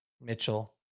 Mitchell